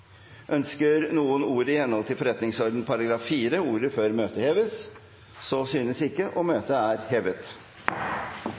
Ønsker noen ordet i henhold til forretningsordenens § 54 før møtet heves?